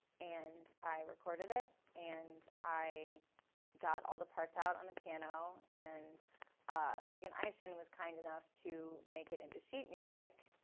and i recorded it and i got all the parts out on the piano, and meagan eishen was kind enough to make it into sheet music.